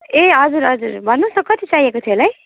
ए हजुर हजुर भन्नुहोस् न कति चाहिएको थियो होला है